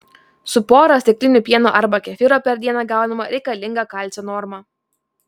su pora stiklinių pieno arba kefyro per dieną gaunama reikalinga kalcio norma